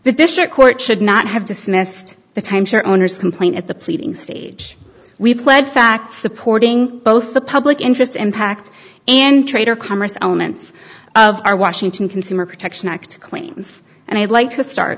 the district court should not have dismissed the timeshare owners complain at the pleading stage we pledged facts supporting both the public interest impact and trader commerce omens of our washington consumer protection act claims and i'd like to start